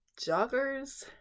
joggers